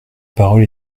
parole